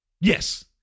Yes